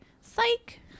Psych